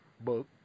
Book